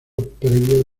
previo